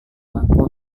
mampu